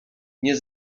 nie